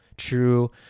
true